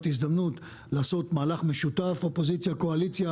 זאת הזדמנות לעשות מהלך משותף אופוזיציה-קואליציה